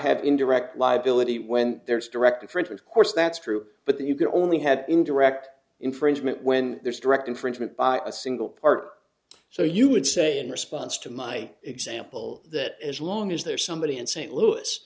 have indirect liability when there's direct inference of course that's true but that you can only had indirect infringement when there's direct infringement by a single part so you would say in response to my example that as long as there's somebody in st louis